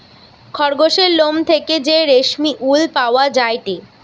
খরগোসের লোম থেকে যে রেশমি উল পাওয়া যায়টে